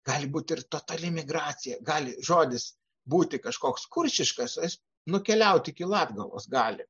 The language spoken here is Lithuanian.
gali būti ir totali migracija gali žodis būti kažkoks kuršiškas nukeliauti iki latgalos gali